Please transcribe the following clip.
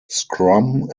scrum